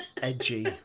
Edgy